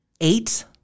eight